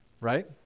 right